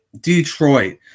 Detroit